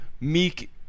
Meek